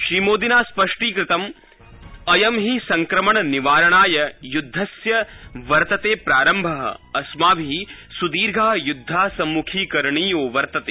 श्रीमोदी स्पष्टीकृतं अयं हि संकमण निवारणाय युद्धस्य वर्तते प्रारम्भः अस्माभि सुदीर्घः युद्धःसम्मुखीकरणीयो वर्तते